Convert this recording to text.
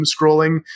scrolling